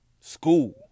school